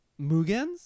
mugens